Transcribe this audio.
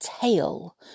tail